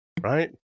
right